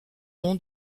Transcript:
nom